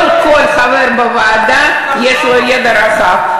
לא לכל חבר בוועדה יש ידע רחב,